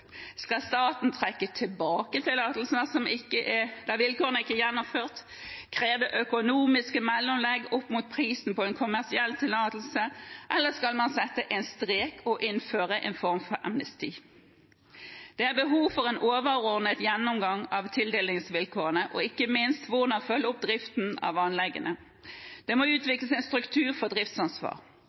Skal staten trekke tilbake tillatelsene der vilkårene ikke er gjennomført, kreve økonomiske mellomlegg opp mot prisen på en kommersiell tillatelse, eller skal man sette strek og innføre en form for amnesti? Det er behov for en overordnet gjennomgang av tildelingsvilkårene og ikke minst hvordan man skal følge opp driften av anleggene. Det må utvikles en struktur for driftsansvar.